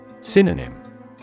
Synonym